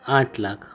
આઠ લાખ